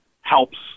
helps